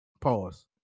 Pause